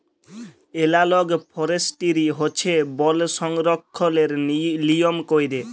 এলালগ forestry হছে বল সংরক্ষলের লিয়ম ক্যইরে